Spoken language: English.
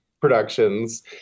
productions